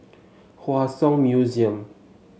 Hua Song Museum